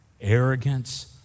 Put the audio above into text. arrogance